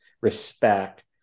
respect